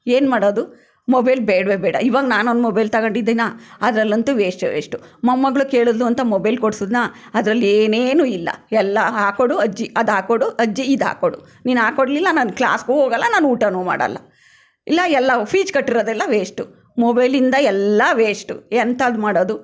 ಏನು ಮಾಡೋದು ಮೊಬೈಲ್ ಬೇಡವೇ ಬೇಡ ಇವಾಗ ನಾನೊಂದದು ಮೊಬೈಲ್ ತಗೊಂಡಿದ್ದೀನಾ ಅದರಲ್ಲಂತೂ ವೇಸ್ಟೇ ವೇಸ್ಟು ಮೊಮ್ಮಗಳು ಕೇಳಿದ್ಲು ಅಂತ ಮೊಬೈಲ್ ಕೊಡ್ಸಿದ್ನಾ ಅದ್ರಲ್ಲಿ ಏನೇನೂ ಇಲ್ಲ ಎಲ್ಲ ಹಾಕೊಡು ಅಜ್ಜಿ ಅದು ಹಾಕ್ಕೊಡು ಅಜ್ಜಿ ಇದು ಹಾಕ್ಕೊಡು ನೀನು ಹಾಕ್ಕೊಡ್ಲಿಲ್ಲ ನಾನು ಕ್ಲಾಸ್ಗೂ ಹೋಗಲ್ಲ ನಾನು ಊಟವೂ ಮಾಡಲ್ಲ ಇಲ್ಲ ಎಲ್ಲ ಫೀಜ್ ಕಟ್ಟಿರೋದೆಲ್ಲ ವೇಸ್ಟು ಮೊಬೈಲಿಂದ ಎಲ್ಲ ವೇಸ್ಟು ಎಂತಹದ್ದು ಮಾಡೋದು